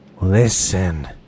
listen